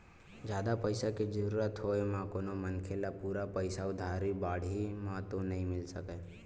जादा पइसा के जरुरत होय म कोनो मनखे ल पूरा पइसा उधारी बाड़ही म तो नइ मिल सकय